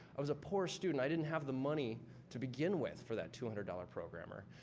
i was a poor student. i didn't have the money to begin with for that two hundred dollars programmer.